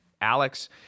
Alex